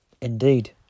Indeed